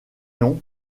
noms